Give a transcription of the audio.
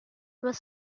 was